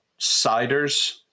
ciders